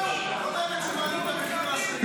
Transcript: לא --- שמעלים מחירים.